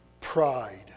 pride